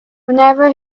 whenever